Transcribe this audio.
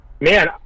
man